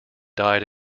died